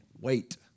wait